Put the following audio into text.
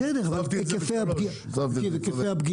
בסדר, היקפי הפגיעה,